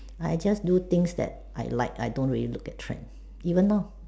I just do things that I like I don't really look at trend even now